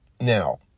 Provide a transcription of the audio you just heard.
now